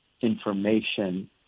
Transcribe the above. information